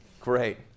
great